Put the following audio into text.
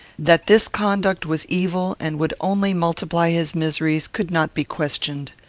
that this conduct was evil, and would only multiply his miseries, could not be questioned.